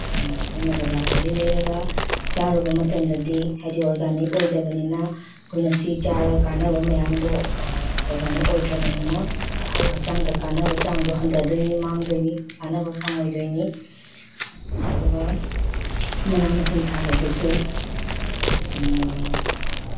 ꯑꯩꯈꯣꯏꯅ ꯕꯖꯥꯔꯗꯒꯤ ꯂꯩꯔꯒ ꯆꯥꯔꯨꯕ ꯃꯇꯝꯗꯗꯤ ꯍꯥꯏꯗꯤ ꯑꯣꯔꯒꯥꯅꯤꯛ ꯑꯣꯏꯗꯕꯅꯤꯅ ꯑꯩꯈꯣꯏꯅ ꯁꯤ ꯆꯥꯔꯒ ꯀꯥꯟꯅꯕ ꯃꯌꯥꯝꯗꯣ ꯑꯣꯔꯒꯥꯅꯤꯛ ꯑꯣꯏꯗ꯭ꯔꯕꯅꯤꯅ ꯍꯛꯆꯥꯡꯗ ꯀꯥꯟꯅꯕ ꯆꯥꯡꯗꯣ ꯍꯟꯊꯗꯣꯏꯅꯤ ꯃꯥꯡꯗꯣꯏꯅꯤ ꯀꯥꯟꯅꯕ ꯐꯪꯉꯣꯏꯗꯣꯏꯅꯤ ꯑꯗꯨꯒ ꯃꯅꯥ ꯃꯁꯤꯡ ꯊꯥꯕꯁꯤꯁꯨ